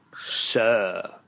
Sir